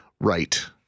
right